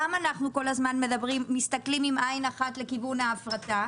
למה אנחנו כל הזמן מסתכלים עם עין אחת לכיוון ההפרטה?